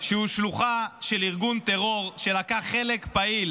שהוא שלוחה של ארגון טרור שלקח חלק פעיל